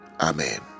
Amen